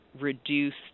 reduced